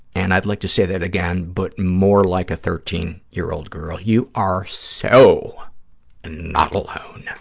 and i'd like to say that again, but more like a thirteen year old girl, you are so not alone.